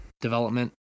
development